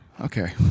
Okay